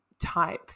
type